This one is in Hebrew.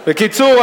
בקיצור,